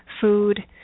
food